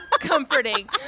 comforting